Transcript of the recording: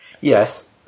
Yes